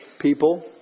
people